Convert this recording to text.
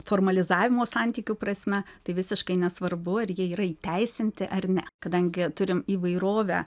formalizavimo santykių prasme tai visiškai nesvarbu ar jie yra įteisinti ar ne kadangi turim įvairovę